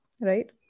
right